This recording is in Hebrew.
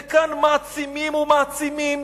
וכאן מעצימים ומעצימים.